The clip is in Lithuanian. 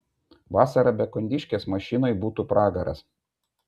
vasarą be kondiškės mašinoj būtų pragaras